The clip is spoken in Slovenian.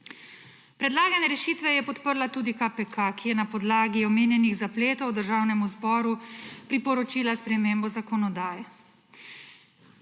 Predlagane rešitve je podprla tudi KPK, ki je na podlagi omenjenih zapletov Državnemu zboru priporočila spremembo zakonodaje.